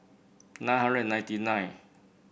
nine hundred and ninety nine